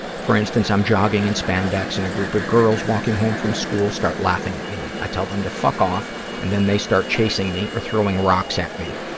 for instance, i'm jogging in spandex and a group of girls walking home from school start laughing at me. i tell them to fuck off and then they start chasing me or throwing rocks at me.